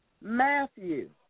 Matthew